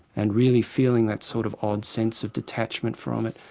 and really feeling that sort of odd sense of detachment from it.